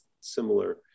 Similar